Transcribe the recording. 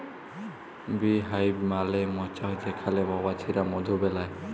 bee hive মালে মচাক যেখালে মমাছিরা মধু বেলায়